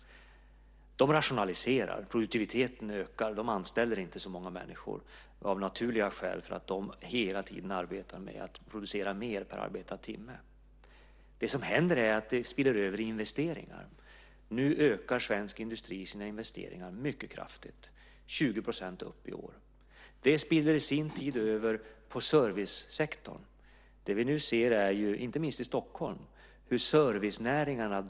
De rationaliserar. Produktiviteten ökar, och de anställer inte så många människor av naturliga skäl eftersom de hela tiden arbetar med att producera mer per arbetad timme. Det som händer är att det spiller över i investeringar. Nu ökar svensk industri sina investeringar mycket kraftigt - 20 % upp i år. Det i sin tur spiller över på servicesektorn. Vad vi nu ser, inte minst i Stockholm, är hur servicenäringarna ökar.